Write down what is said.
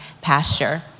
pasture